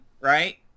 right